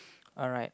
alright